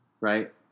right